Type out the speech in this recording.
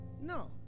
No